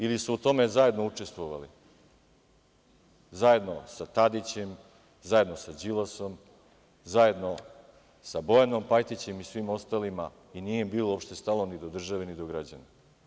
Ili su u tome zajedno učestvovali, zajedno sa Tadićem, zajedno sa Đilasom, zajedno sa Bojanom Pajtićem i svim ostalima i nije im bilo uopšte stalo ni do države, ni do građana.